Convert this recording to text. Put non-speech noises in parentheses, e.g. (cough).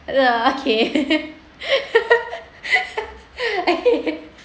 uh okay (laughs) okay